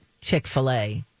Chick-fil-A